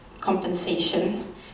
Compensation